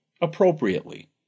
appropriately